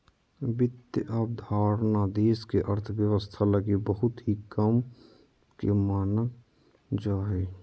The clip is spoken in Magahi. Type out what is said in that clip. वित्त अवधारणा देश के अर्थव्यवस्था लगी बहुत ही काम के मानल जा हय